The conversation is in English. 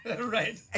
Right